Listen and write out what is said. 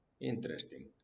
interesting